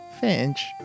Finch